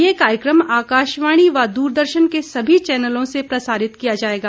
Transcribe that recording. ये कार्यक्रम आकाशवाणी व दूरदर्शन के सभी चैनलों से प्रसारित किया जाएगा